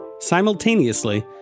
Simultaneously